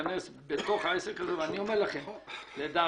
להיכנס לתוך העסק הזה ואני אומר לכם לדעתי,